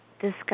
discuss